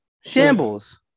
Shambles